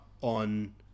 on